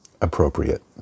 appropriate